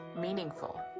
meaningful